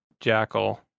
Jackal